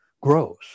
grows